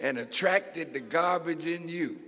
and attracted the garbage in you